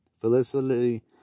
Felicity